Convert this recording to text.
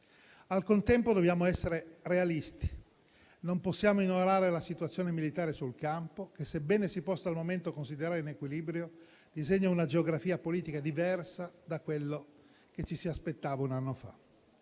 Al contempo, dobbiamo essere realisti e non possiamo ignorare la situazione militare sul campo che, sebbene si possa, al momento, considerare in equilibrio, disegna una geografia politica diversa da quella che ci si aspettava un anno fa.